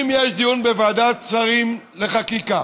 אם יש דיון בוועדת שרים לחקיקה